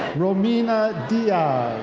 romina diaz.